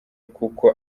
kuko